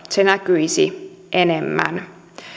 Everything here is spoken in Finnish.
se näkyisi enemmän